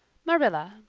marilla,